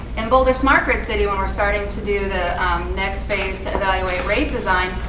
in boulder smart grid city when we're starting to do the next phase to evaluate rate design,